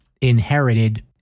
inherited